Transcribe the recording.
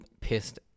pissed